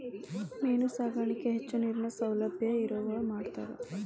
main ಸಾಕಾಣಿಕೆನ ಹೆಚ್ಚು ನೇರಿನ ಸೌಲಬ್ಯಾ ಇರವ್ರ ಮಾಡ್ತಾರ